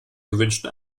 gewünschten